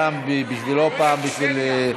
פעם בשבילו ופעם בשביל,